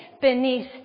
beneath